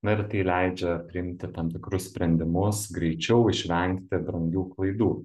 na ir tai leidžia priimti tam tikrus sprendimus greičiau išvengti brangių klaidų